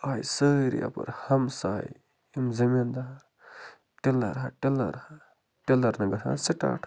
آیہِ سٲری اَپٲرۍ ہمساے یِم زٔمیٖن دار ٹِلَر ہا ٹِلَر ہا ٹِلَر نہٕ گژھان سِٹاٹٕے